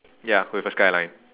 ya with a skyline